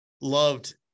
loved